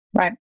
Right